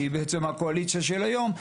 שהיא בעצם הקואליציה של היום,